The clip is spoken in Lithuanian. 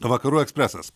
vakarų ekspresas